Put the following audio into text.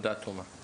תודה, תומא.